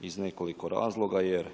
iz nekoliko razloga jer